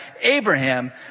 Abraham